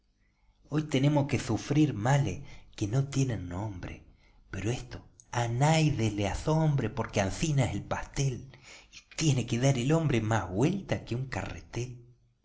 hoy tenemos que sufrir males que no tienen nombre pero esto a nadies lo asombre porque ansina es el pastel y tiene que dar el hombre mas güeltas que un carretel